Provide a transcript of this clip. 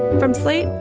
from slate.